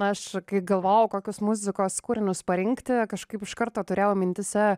aš kai galvojau kokius muzikos kūrinius parinkti kažkaip iš karto turėjau mintyse